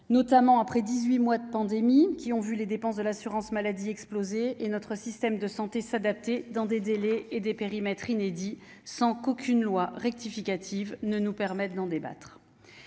et ce après dix-huit mois de pandémie qui ont vu les dépenses de l'assurance maladie exploser et notre système de santé s'adapter dans des délais et des périmètres inédits, sans qu'aucun projet de loi de financement rectificative ne nous permette d'en débattre.